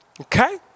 Okay